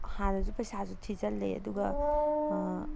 ꯍꯥꯟꯅꯁꯨ ꯄꯩꯁꯥꯁꯨ ꯊꯤꯖꯜꯂꯦ ꯑꯗꯨꯒ